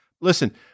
Listen